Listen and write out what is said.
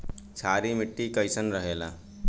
क्षारीय मिट्टी कईसन रहेला?